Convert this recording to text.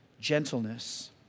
gentleness